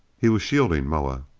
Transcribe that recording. he was shielding moa.